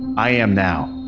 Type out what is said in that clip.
i am now.